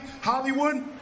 Hollywood